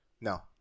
No